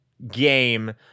game